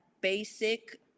basic